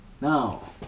Now